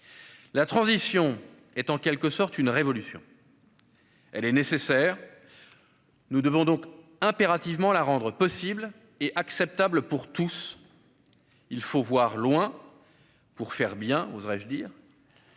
La transition est, en quelque sorte, une révolution. Elle est nécessaire. Nous devons donc impérativement la rendre possible et acceptable pour tous. Il faut voir loin pour faire bien, si j'ose dire.